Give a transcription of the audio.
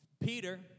Peter